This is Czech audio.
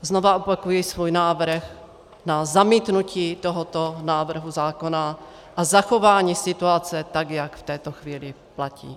Znovu opakuji svůj návrh na zamítnutí tohoto návrhu zákona a zachování situace tak, jak v této chvíli platí.